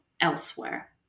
elsewhere